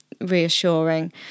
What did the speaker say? reassuring